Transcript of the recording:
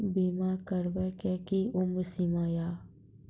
बीमा करबे के कि उम्र सीमा या?